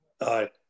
Aye